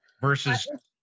versus